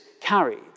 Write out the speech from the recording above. carried